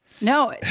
No